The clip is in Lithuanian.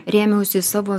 rėmiausi į savo